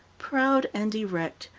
proud and erect,